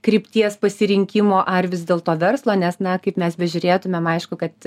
krypties pasirinkimo ar vis dėlto verslo nes na kaip mes bežiūrėtumėm aišku kad